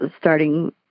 starting